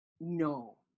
No